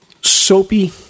soapy